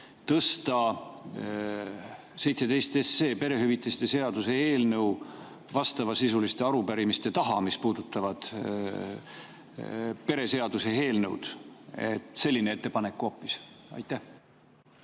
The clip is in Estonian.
tõsta 17 SE, perehüvitiste seaduse eelnõu vastavasisuliste arupärimiste, mis puudutavad pereseaduse eelnõu, taha. Selline ettepanek hoopis. Aitäh!